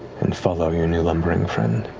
and follow your new lumbering friend.